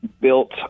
built